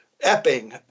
Epping